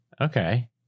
Okay